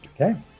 Okay